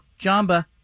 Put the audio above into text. Jamba